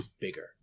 bigger